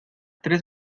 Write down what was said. tres